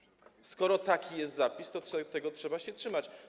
Skoro taki jest zapis, to tego trzeba się trzymać.